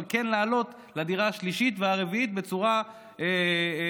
אבל כן להעלות לדירה השלישית והרביעית בצורה הדרגתית.